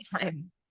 time